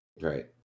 right